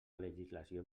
legislació